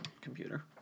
computer